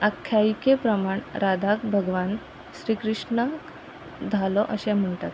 आख्यायिके प्रमाण राधाक भगवान श्री कृष्ण धालो अशें म्हणटात